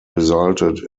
resulted